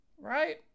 right